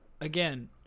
again